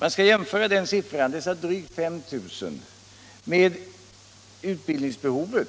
Man skall jämföra dessa drygt 5 000 med utbildningsbehovet,